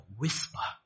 whisper